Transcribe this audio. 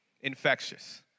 infectious